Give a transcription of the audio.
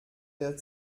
der